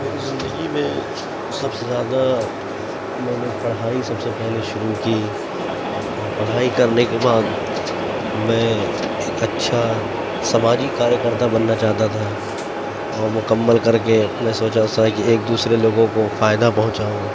میری زندگی میں سب سے زیادہ میں نے پڑھائی سب سے پہلے شروع کی اور پڑھائی کرنے کے بعد میں ایک اچھا سماجی کاریہ کرتا بننا چاہتا تھا اور مکمل کر کے ہم نے سوچا تھا کہ ایک دوسرے لوگوں کو فائدہ پہنچاؤں